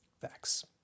Facts